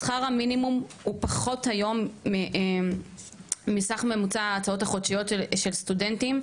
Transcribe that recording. שכר המינימום הוא פחות היום מסך ממוצע ההוצאות החודשיות של סטודנטים,